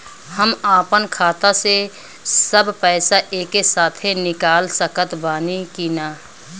हम आपन खाता से सब पैसा एके साथे निकाल सकत बानी की ना?